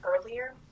earlier